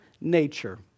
nature